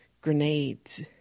grenades